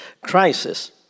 crisis